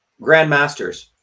grandmasters